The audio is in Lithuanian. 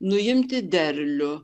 nuimti derlių